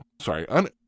sorry